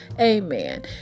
Amen